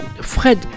Fred